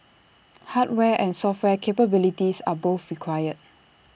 hardware and software capabilities are both required